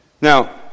Now